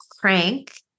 Crank